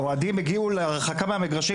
האוהדים הגיעו להרחקה מהמגרשים,